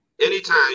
Anytime